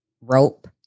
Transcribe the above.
rope